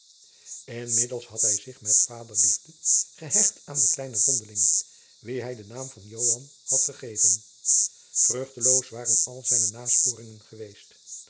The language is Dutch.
inmiddels had hij zich met vaderliefde gehecht aan den kleinen vondeling wien hij den naam jacob van lennep de pleegzoon van joan had gegeven vruchteloos waren alle zijne nasporingen geweest